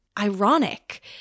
ironic